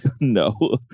No